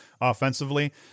offensively